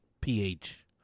pH